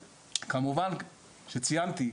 כמובן, ציינתי,